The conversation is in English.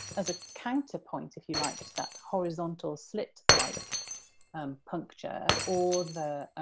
as a counterpoint, if you like, to that horizontal slit-like um puncture or the